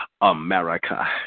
America